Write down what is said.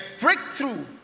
breakthrough